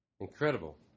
incredible